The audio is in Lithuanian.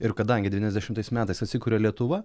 ir kadangi devyniasdešimtais metais atsikuria lietuva